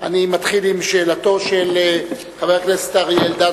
אני מתחיל עם שאלתו של חבר הכנסת אריה אלדד,